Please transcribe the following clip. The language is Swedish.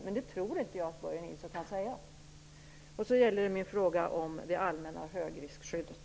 Men det tror inte jag att Börje Nilsson kan säga. Sedan gäller det min fråga om det allmänna högriskskyddet.